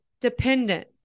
dependent